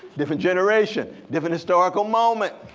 different generation, different historical moment.